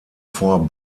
vor